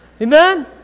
Amen